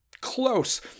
close